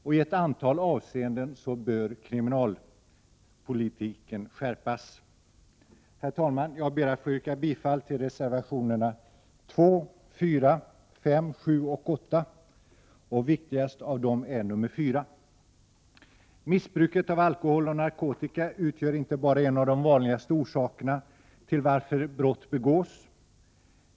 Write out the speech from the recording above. I ett antal avseenden bör kriminalpolitiken skärpas. Herr talman! Jag ber att få yrka bifall till reservationerna 2, 4, 5, 7 och 8. Viktigast av dem är nr 4. Missbruket av alkohol och narkotika utgör inte bara en av de vanligaste orsakerna till att brott begås.